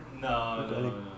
No